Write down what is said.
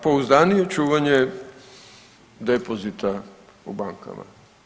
Pouzdanije čuvanje depozita u bankama.